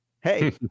Hey